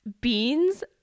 Beans